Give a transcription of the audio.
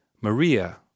Maria